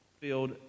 field